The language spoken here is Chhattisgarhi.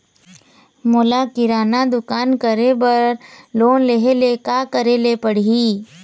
मोला किराना दुकान करे बर लोन लेहेले का करेले पड़ही?